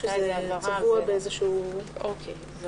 אם